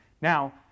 Now